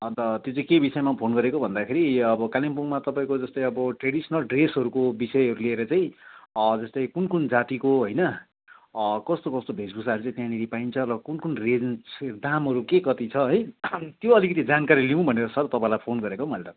अन्त त्यो चाहिँ के विषयमा फोन गरेको भन्दाखेरि अब कालिम्पोङमा तपाईँको जस्तै अब ट्रेडिसनल ड्रेसहरूको विषयहरू लिएर चाहिँ जस्तै कुन कुन जातिको होइन कस्तो कस्तो वेशभूषाहरू चाहिँ त्यहाँनिर पाइन्छ ल कुन कुन रेन्ज दामहरू के कति छ है त्यो अलिकति जानकारी लिउँ भनेर सर तपाईँलाई फोन गरेको हौ मैले त